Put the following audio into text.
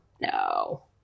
no